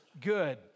good